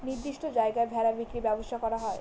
নির্দিষ্ট জায়গায় ভেড়া বিক্রির ব্যবসা করা হয়